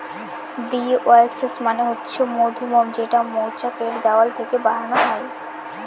bee wax মানে হচ্ছে মধুমোম যেটা মৌচাক এর দেওয়াল থেকে বানানো হয়